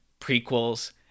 prequels